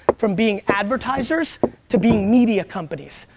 from being advertisers to being media companies.